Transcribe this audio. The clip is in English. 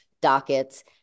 dockets